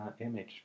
image